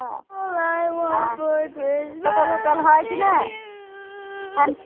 हँ आ होटल ओटल है कि नहि